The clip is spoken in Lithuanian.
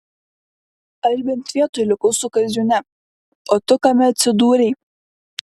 aš bent vietoj likau su kaziūne o tu kame atsidūrei